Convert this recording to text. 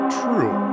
true